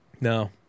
No